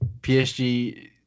PSG